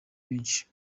benshi